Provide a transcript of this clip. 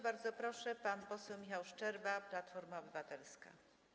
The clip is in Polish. Bardzo proszę, pan poseł Michał Szczerba, Platforma Obywatelska.